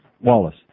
Wallace